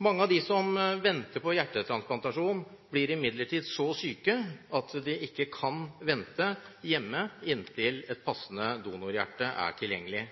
Mange av dem som venter på hjertetransplantasjon, blir imidlertid så syke at de ikke kan vente hjemme inntil et passende donorhjerte er tilgjengelig.